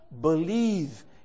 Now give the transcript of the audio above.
believe